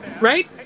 right